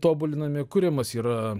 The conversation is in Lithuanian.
tobulinami kuriamas yra